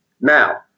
Now